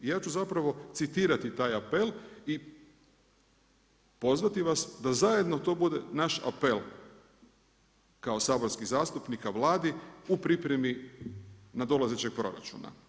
I ja ću zapravo citirati taj apel i pozvati vas da zajedno to bude naš apel kao saborskih zastupnika Vladi u pripremi nadolazećeg proračuna.